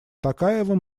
токаевым